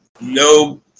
no